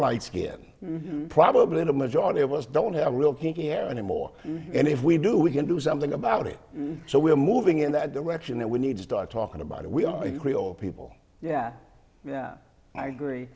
light skinned probably the majority of us don't have a real kinky hair anymore and if we do we can do something about it so we're moving in that direction and we need to start talking about who we are like real people yeah yeah i agree